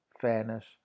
fairness